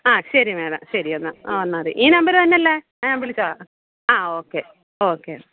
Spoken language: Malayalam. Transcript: ആ ശരി മേടം ശരി എന്നാൽ ആ വന്നാൽ മതി ഈ നമ്പര് തന്നെ അല്ലെ ഞാന് വിളിച്ചോളാം ആ ഓക്കെ ഓക്കെ